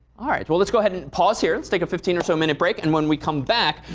all right, well let's go ahead and pause here. let's take a fifteen or so minute break. and when we come back,